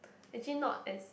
actually not as